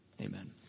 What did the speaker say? Amen